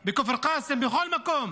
או בכפר קאסם, בכל מקום